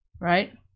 right